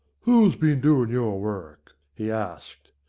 who's been doing your work? he asked.